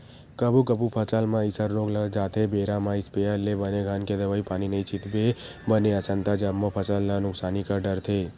कभू कभू फसल म अइसन रोग लग जाथे बेरा म इस्पेयर ले बने घन के दवई पानी नइ छितबे बने असन ता जम्मो फसल ल नुकसानी कर डरथे